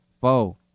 Four